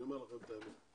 אני אומר לך את האמת.